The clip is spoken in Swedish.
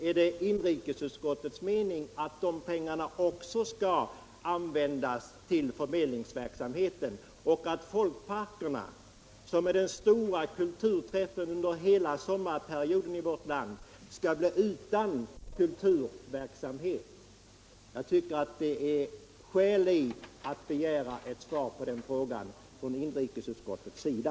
Är det inrikesutskottets mening att de pengarna också skall användas till förmedlingsverksamheten och att folkparkerna, som är den stora kulturträffpunkten under sommarperioden i vårt land, skall bli utan kulturverksamhet? Jag tycker att det finns skäl att begära ett svar på den frågan från inrikesutskottets sida.